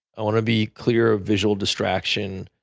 i want to be clear of visual distraction,